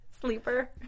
Sleeper